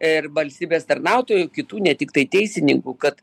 ir valstybės tarnautojų kitų ne tiktai teisininkų kad